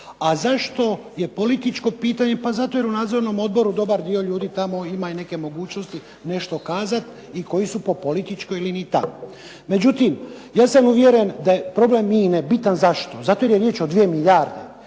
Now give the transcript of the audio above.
A zašto je političko pitanje, zato jer dobar dio ljudi u nadzornom odboru ima neke mogućnost nešto kazati i koji su po političkoj liniji tamo. Međutim, ja sam uvjeren da je problem INA-e bitan zašto, zato što je riječ o 2 milijarde,